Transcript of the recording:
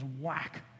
whack